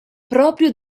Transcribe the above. proprio